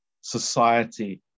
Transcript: society